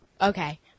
Okay